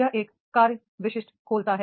यह एक कार्य विशिष्ट खोलता है